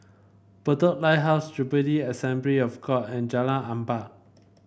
Bedok Lighthouse Jubilee Assembly of God and Jalan Ampang